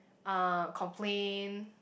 uh complain